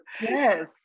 Yes